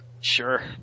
Sure